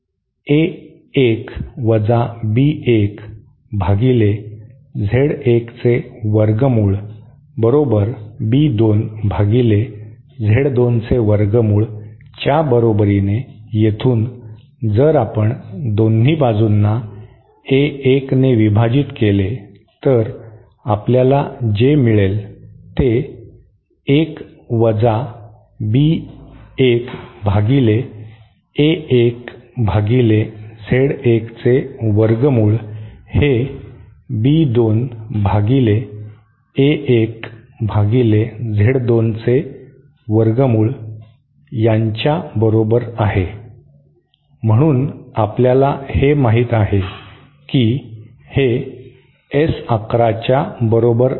A 1 वजा B 1 भागिले Z 1 चे वर्गमूळ बरोबर बी 2 भागिले Z 2 चे वर्गमूळ च्या बरोबरीने येथून जर आपण दोन्ही बाजूंनाA 1 ने विभाजित केले तर आपल्याला जे मिळेल ते 1 वजा B 1 भागिले ए 1 भागिले Z 1 चे वर्गमूळ हे B 2 भागिले A 1 भागिले Z 2 चे वर्गमूळ च्या बरोबर आहे म्हणून आपल्याला हे माहित आहे की हे S 1 1 च्या बरोबर आहे